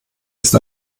ist